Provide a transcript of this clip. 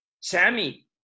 Sammy